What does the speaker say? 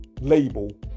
label